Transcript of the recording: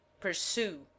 pursue